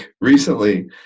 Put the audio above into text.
recently